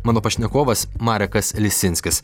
mano pašnekovas marekas lisinskis